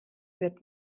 wird